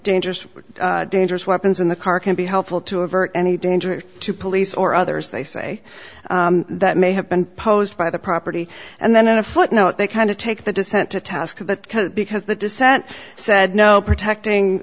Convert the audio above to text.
dangerous dangerous weapons in the car can be helpful to avert any danger to police or others they say that may have been posed by the property and then in a footnote they kind of take the dissent to task for that because the dissent said no protecting